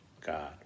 God